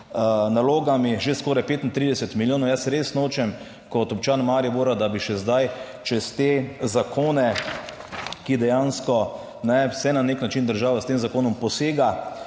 nalogami, že skoraj 35 milijonov. Jaz res nočem kot občan Maribora, da bi še zdaj čez te zakone, ki dejansko se na nek način država s tem zakonom posega